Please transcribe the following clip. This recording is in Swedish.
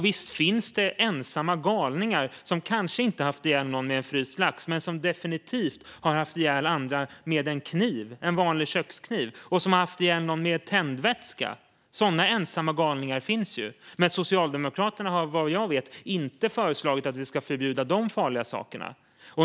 Visst finns det ensamma galningar som har haft ihjäl någon, kanske inte med en fryst lax men definitivt med en vanlig kökskniv eller med tändvätska. Sådana ensamma galningar finns. Men Socialdemokraterna har vad jag vet inte föreslagit att vi ska förbjuda de farliga sakerna.